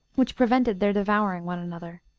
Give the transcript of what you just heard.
which prevented their devouring one another.